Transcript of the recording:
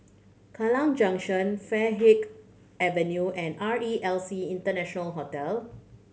Kallang Junction Farleigh Avenue and R E L C International Hotel